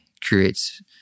creates